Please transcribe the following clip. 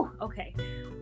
okay